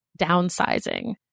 downsizing